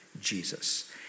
Jesus